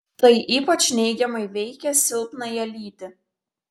tai ypač neigiamai veikia silpnąją lytį